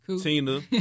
Tina